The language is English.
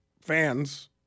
fans